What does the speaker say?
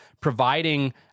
providing